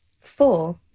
four